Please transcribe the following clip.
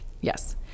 yes